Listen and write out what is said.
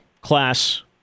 class